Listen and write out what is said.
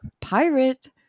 pirate